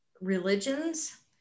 religions